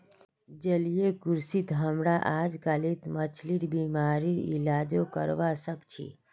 जलीय कृषित हमरा अजकालित मछलिर बीमारिर इलाजो करवा सख छि